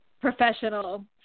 professional